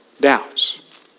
doubts